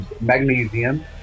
magnesium